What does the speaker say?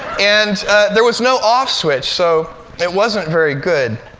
and there was no off switch, so it wasn't very good.